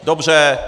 Dobře.